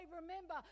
remember